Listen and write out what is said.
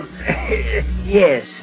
Yes